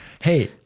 Hey